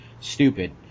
stupid